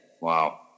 Wow